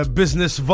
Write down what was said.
business